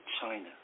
China